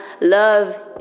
love